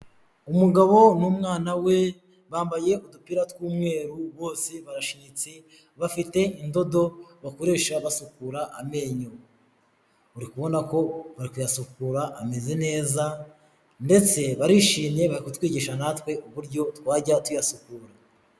Umugabo n'umwana we bambaye udupira tw'umweru bose barashinyitse bafite indodo bakoresha basukura amenyo. Uri kubona ko bari kuyasukura ameze neza ndetse barishimye bari kutwigisha natwe uburyo twajya tuyasukura.